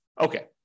okay